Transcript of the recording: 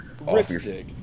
ripstick